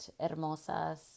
hermosas